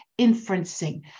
inferencing